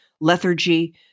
lethargy